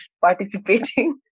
participating